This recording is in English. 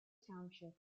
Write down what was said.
township